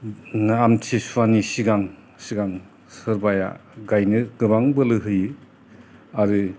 आमथि सुवानि सिगां सिगां सोरबाया गाइनो गोबां बोलो होयो आरो